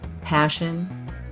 passion